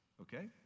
okay